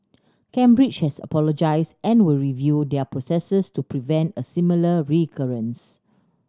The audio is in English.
cambridge has apologised and will review their processes to prevent a similar recurrence